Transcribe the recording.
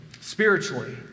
spiritually